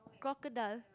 crocodile